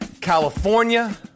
California